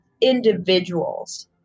individuals